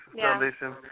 Foundation